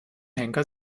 henker